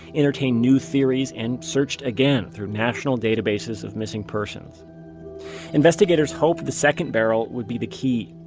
entertained new theories and searched again through national databases of missing persons investigators hoped the second barrel would be the key.